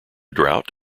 drought